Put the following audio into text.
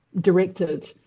directed